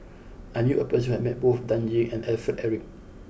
I knew a person who has met both Dan Ying and Alfred Eric